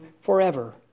forever